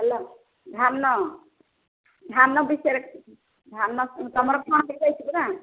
hello ଧାନ ଧାନ ବିଷୟରେ ତୁମର